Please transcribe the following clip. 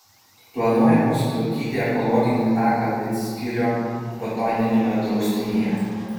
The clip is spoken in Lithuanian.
planuojama sutvarkyti ekologinį taką vidzgirio botaniniame draustinyje